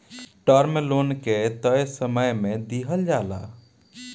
term loan के तय समय में दिहल जाला